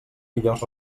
millors